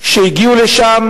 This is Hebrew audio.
שהגיעו לשם